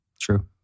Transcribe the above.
True